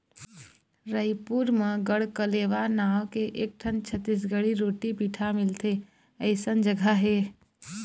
रइपुर म गढ़कलेवा नांव के एकठन छत्तीसगढ़ी रोटी पिठा मिलथे अइसन जघा हे